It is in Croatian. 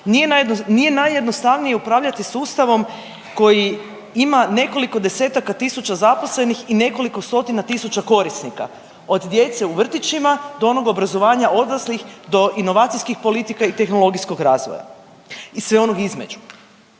nije najjednostavnije upravljati sustavom koji ima nekoliko desetaka tisuća zaposlenih i nekoliko stotina tisuća korisnika od djece u vrtićima do onog obrazovanja odraslih do inovacijskih politika i tehnologijskog razvoja. I sve onog između.